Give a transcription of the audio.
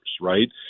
right